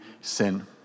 sin